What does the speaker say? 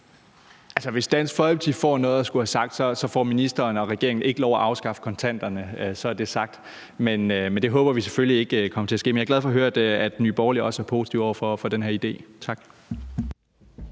Hvis Dansk Folkeparti får noget at skulle have sagt, får ministeren og regeringen ikke lov at afskaffe kontanterne. Så er det sagt. Men det håber vi selvfølgelig ikke kommer til at ske. Men jeg er glad for at høre, at Nye Borgerlige også er positive over for den her idé. Tak.